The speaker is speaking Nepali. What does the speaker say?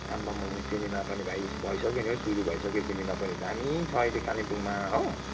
आम्ममामा किनेमा पनि भाइ भइसक्यो नि हौ सुरु भइसक्यो किनेमा पनि दामी छ अहिले कालिम्पोङमा हो